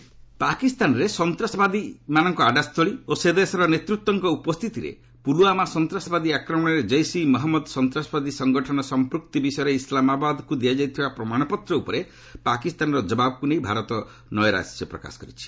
India Pak ପାକିସ୍ତାନରେ ସନ୍ତ୍ରାସବାଦୀମାନଙ୍କ ଆଡ୍ରା ସ୍ଥଳୀ ଓ ସେ ଦେଶର ନେତୃତ୍ୱଙ୍କ ଉପସ୍ଥିତିରେ ପ୍ରଲଓ୍ୱାମା ସନ୍ତାସବାଦୀ ଆକ୍ରମଣରେ ଜେସ୍ ଇ ମହମ୍ମଦ ସନ୍ତାସବାଦୀ ସଂଗଠନର ସମ୍ପୁକ୍ତି ବିଷୟରେ ଇସଲାମାବାଦକୃ ଦିଆଯାଇଥିବା ପ୍ରମାଣପତ୍ର ଉପରେ ପାକିସ୍ତାନର କବାବକୁ ନେଇ ଭାରତ ନୈରାଶ୍ୟ ପ୍ରକାଶ କରିଛି